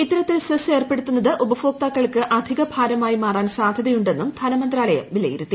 ഇത്തരത്തിൽ സെസ് ഏർപ്പെടുത്തുന്നത് ഉപഭോക്താക്കൾക്ക് അധിക ഭാരമായി മാറാൻ സാധ്യതയുണ്ടെന്നും ധനമന്ത്രാലയം വിലയിരുത്തി